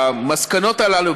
המסקנות הללו,